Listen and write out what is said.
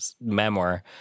memoir